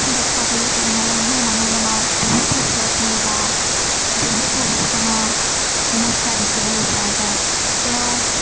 দেখা দিয়ে তেনেহ'লে সেই মানুহজনৰ বহুতো ক্ষতি বা বহুতো লোকচানৰ সমস্যা দেখিবলৈ পোৱা যায় তেওঁ